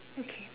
okay